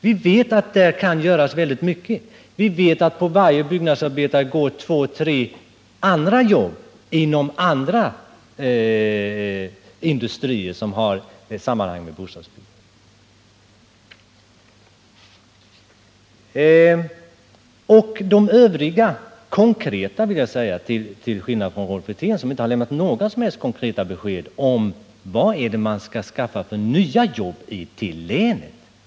Vi vet att där kan göras väldigt mycket. Vi vet att på varje byggnadsarbetare går två tre andra jobb inom andra industrier som har sammanhang med bostadsbyggandet. Rolf Wirtén har inte lämnat några som helst konkreta besked om vad det är man skall skaffa för nya jobb till länet.